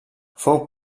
fou